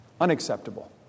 unacceptable